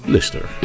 Lister